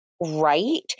right